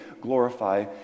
glorify